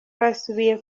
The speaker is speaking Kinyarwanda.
basubiye